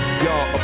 Y'all